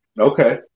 Okay